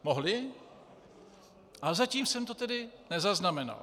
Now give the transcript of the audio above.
Mohli, ale zatím jsem to tedy nezaznamenal.